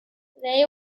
they